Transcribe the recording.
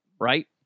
right